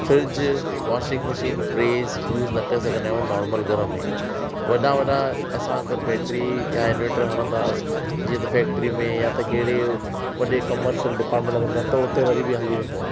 fridge washing machine press use न करे सघना आहियूं नॉर्मल घर में वॾा वॾा असां अगरि बैटरी या इन्वर्टर हड़ंदासीं जीअं त फैक्टरी में या कहिड़े वॾे कमर्शियल डिपार्टमेंट लॻंदा त उते वरी बि हली वेंदो आहे